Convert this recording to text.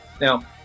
Now